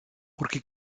porque